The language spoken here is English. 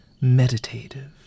meditative